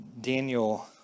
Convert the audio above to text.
Daniel